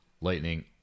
Lightning